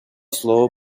слова